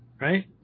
right